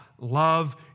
love